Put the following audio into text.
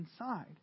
inside